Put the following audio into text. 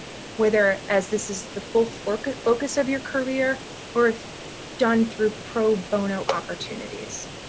whether as this is the full focus focus of your career or if done through pro bono opportunities.